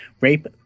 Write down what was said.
rape